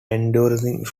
enduring